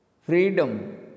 Freedom